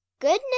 Goodness